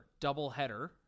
doubleheader